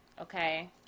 Okay